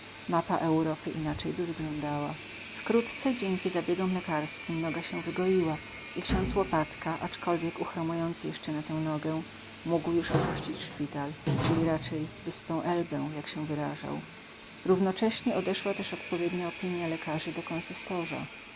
mapa europy inaczej by wyglądała wkrótce dzięki zabiegom lekarskim noga się wygoiła i ksiądz łopatka aczkolwiek uchromujący jeszcze na tę nogę mógł już opuścić szpital czyli raczej wyspę elbę jak się wyrażał równocześnie odeszła też odpowiednia opinia lekarzy do